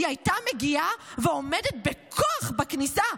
היא הייתה מגיעה ועומדת בכוח בכניסה.